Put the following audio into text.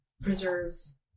preserves